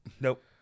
Nope